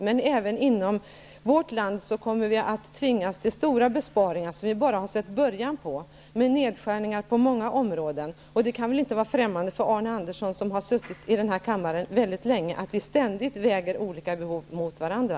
Men även inom vårt land kommer vi att tvingas till stora besparingar som vi bara har sett början på med nedskärningar på många områden. Det kan väl inte vara främmande för Arne Andersson, som har suttit i denna kammare mycket länge, att vi ständigt väger olika behov mot varandra.